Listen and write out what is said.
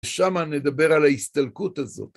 שמה נדבר על ההסתלקות הזאת.